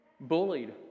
bullied